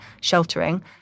sheltering